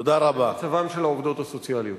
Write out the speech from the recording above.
במצבן של העובדות הסוציאליות.